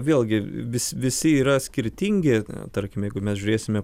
vėlgi vis visi yra skirtingi tarkim jeigu mes žiūrėsime